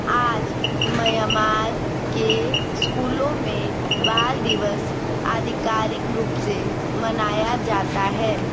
आज म्यान्मार के स्कूलों में बाल दिवस अधिकारिक रूप से मनाया जाता है